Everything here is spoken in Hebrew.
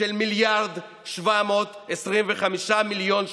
של מיליארד ו-725 מיליון שקלים.